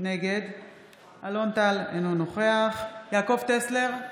נגד אלון טל, אינו נוכח יעקב טסלר,